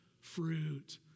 fruit